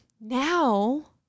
Now